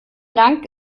dank